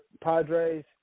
Padres